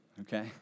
okay